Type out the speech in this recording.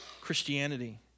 Christianity